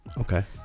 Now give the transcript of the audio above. Okay